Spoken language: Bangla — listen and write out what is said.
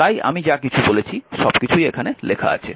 তাই আমি যা কিছু বলেছি সবকিছুই এখানে লেখা আছে